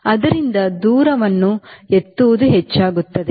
ಆದ್ದರಿಂದ ದೂರವನ್ನು ಎತ್ತುವುದು ಹೆಚ್ಚಾಗುತ್ತದೆ